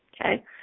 Okay